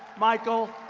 michael.